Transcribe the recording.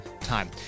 time